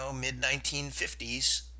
mid-1950s